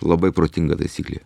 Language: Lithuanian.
labai protinga taisyklė